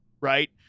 Right